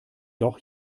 doch